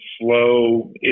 slow